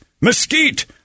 mesquite